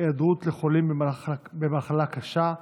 היעדרות לחולים במחלה קשה),